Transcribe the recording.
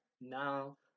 now